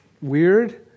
weird